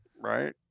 right